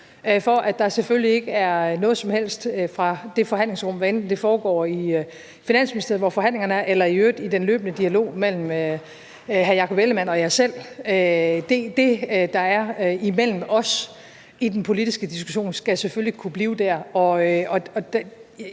for, at der selvfølgelig ikke kommer noget som helst ud fra det forhandlingslokale, hvad enten det foregår i Finansministeriet, hvor forhandlingerne finder sted, eller i øvrigt i den løbende dialog mellem hr. Jakob Ellemann-Jensen og mig selv. Det, der er mellem os i den politiske diskussion, skal selvfølgelig kunne blive der.